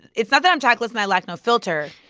it's not that i'm tactless and i lack no filter.